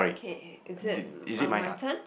okay is it uh my turn